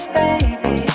baby